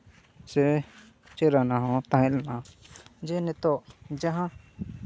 ᱪᱮ ᱪᱟᱹᱨᱟᱱᱟ ᱦᱚᱸ ᱛᱟᱦᱮᱸ ᱞᱮᱱᱟ ᱡᱮ ᱱᱤᱛᱚᱜ ᱡᱟᱦᱟᱸ